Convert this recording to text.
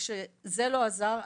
וכשזה לא עזר,